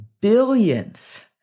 billions